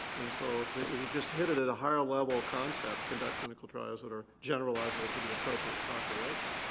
and so if if you just hit it at a higher level concept, conduct clinical trials that are generalizable to the appropriate population.